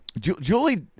Julie